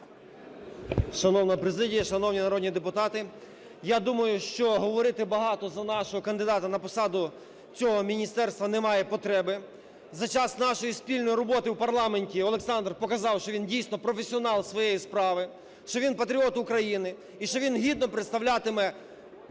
Шановна президія, шановні народні депутати, я думаю, що говорити багато за нашого кандидата на посаду цього міністерства немає потреби. За час нашої спільної роботи в парламенті Олександр показав, що він дійсно професіонал своєї справи, що він патріот України і що він гідно представлятиме